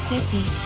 City